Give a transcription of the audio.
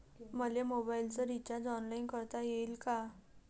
मले मोबाईलच recharge online करता येईन का?